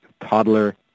toddler